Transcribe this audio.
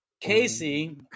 Casey